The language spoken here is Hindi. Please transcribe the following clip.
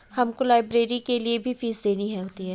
हमको लाइब्रेरी के लिए भी फीस देनी होती है